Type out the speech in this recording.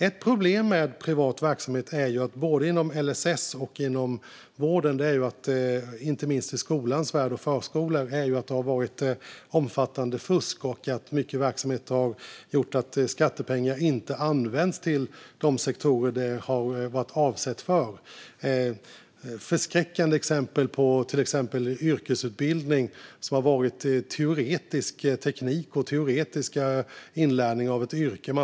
Ett problem med privat verksamhet inom LSS, vården, förskolan och skolan är att det har varit omfattande fusk. Det har lett till att mycket skattepengar inte har använts i de sektorer de varit avsedda för. Det finns förskräckande exempel på till exempel yrkesutbildning, där man har haft teoretisk teknik och teoretisk inlärning av ett yrke.